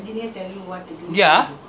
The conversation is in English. limited that time lah